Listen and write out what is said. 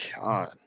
God